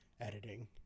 editing